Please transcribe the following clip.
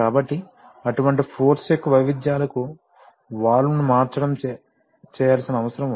కాబట్టి అటువంటి ఫోర్స్ యొక్క వైవిధ్యాలకు వాల్వ్ను మార్చడం చేయాల్సిన అవసరం ఉంది